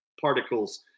particles